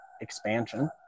expansion